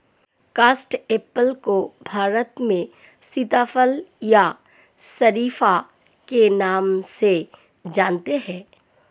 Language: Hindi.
कस्टर्ड एप्पल को भारत में सीताफल या शरीफा के नाम से जानते हैं